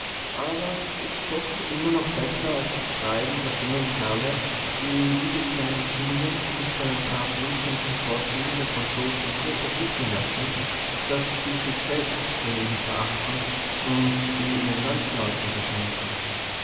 aber es ist doch immer noch besser als das treiben der dummen kerle die wie die kleinen kinder sich von den paar blinkenden vorzügen der franzosen so verblüffen lassen daß sie sich selbst daneben verachten und in ihren landsleuten beschimpfen